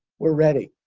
we're ready.